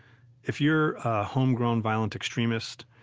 if you're a homegrown, violent extremist,